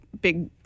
big